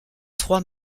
trois